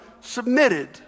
submitted